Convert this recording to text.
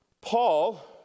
Paul